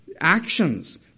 actions